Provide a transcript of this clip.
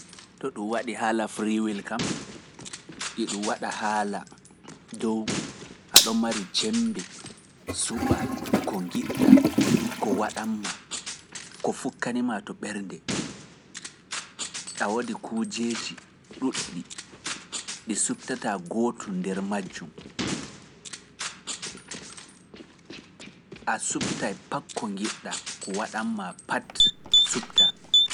To ɗum waɗi haala free will kam, e ɗum waɗa haala dow aɗa mari cembe suɓa ko ngiɗɗa, ko waɗanma, ko fukkanima to ɓernde, a waɗi kujeeji ɗuuɗɗi ɗi suɓtataa gootu nder majjum, a suɓtay pakko ngiɗɗa, ko waɗanma pati suɓta.